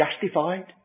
justified